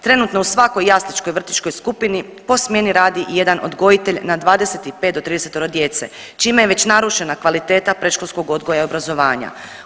Trenutno u svakoj jasličkoj i vrtićkoj skupini po smjeni radi jedan odgojitelj na 25 do 30-oro djece čime je već narušena kvaliteta predškolskog odgoja i obrazovanja.